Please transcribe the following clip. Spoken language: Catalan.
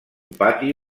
pati